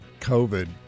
covid